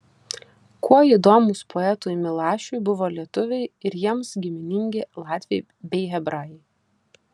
kuo įdomūs poetui milašiui buvo lietuviai ir jiems giminingi latviai bei hebrajai